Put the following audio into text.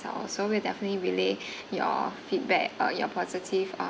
the hotel also will definitely relay your feedback uh your positive